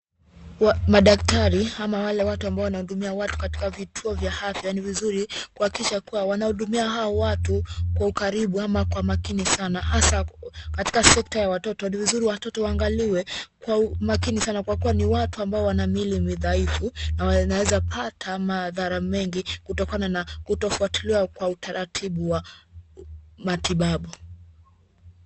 Madaktari ama wale watu ambao wanahudumia watu katika vituo vya afya, ni vizuri kuhakikisha kuwa wanahudumia hao watu kwa ukaribu ama kwa makini sana. Hasa katika sekta ya watoto, ni vizuri watoto waangaliwe kwa umakini sana, kwa kuwa ni watu ambao wana miili midhaifu na wanaweza pata madhara mengi kutokana na kutofuatiliwa kwa utaratibu wa matibabu.